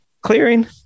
clearing